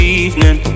evening